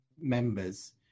members